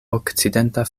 okcidenta